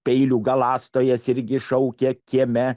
peilių galąstojas irgi šaukia kieme